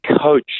coach